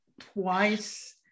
twice